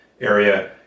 area